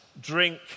drink